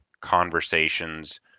conversations